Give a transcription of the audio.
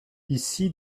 ici